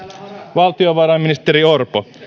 valtiovarainministeri orpo